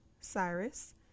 Cyrus